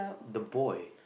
the boy